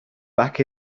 back